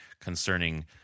concerning